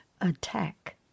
attack